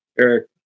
Eric